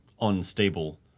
unstable